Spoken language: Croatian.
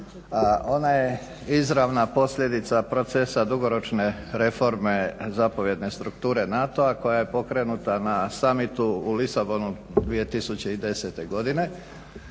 Ona je izravna posljedica procesa dugoročne reforme zapovjedne strukture NATO-a koja je pokrenuta na summitu u Lisabonu 2010. godine.